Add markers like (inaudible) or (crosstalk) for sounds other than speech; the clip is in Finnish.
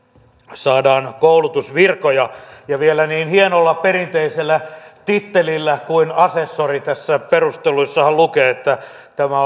saadaan koulutusvirkoja ja vielä niin hienolla perinteisellä tittelillä kuin asessori näissä perusteluissahan lukee että tämä (unintelligible)